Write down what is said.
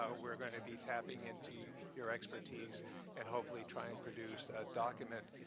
ah we're going to be tapping into your expertise and hopefully try and produce document,